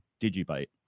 DigiByte